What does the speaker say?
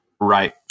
Right